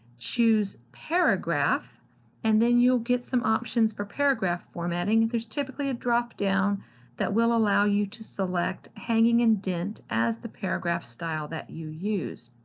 choose paragraph and then you'll get some options for paragraph formatting. there's typically a drop-down that will allow you to select hanging indent as the paragraph style that you use.